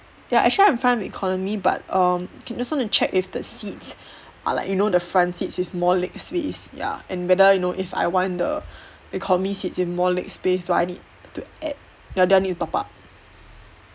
ya actually I'm fine with economy but um okay just want to check if the seats are like you know the front seats with more leg space ya and whether you know if I want the economy seats with more leg space do I need to add no do I need to top up